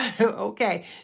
Okay